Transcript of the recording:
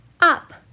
Up